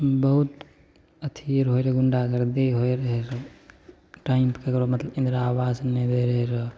बहुत अथी आर हो लगलै गुण्डागरदी होइ रहै रऽ टाइम ककरो मतलब इन्दिरा आवास नहि दै रहै रऽ